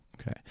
Okay